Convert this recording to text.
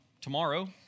tomorrow